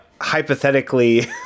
hypothetically